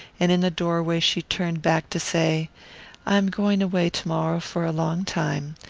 and in the doorway she turned back to say i am going away to-morrow for a long time.